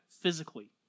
physically